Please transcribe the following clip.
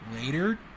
later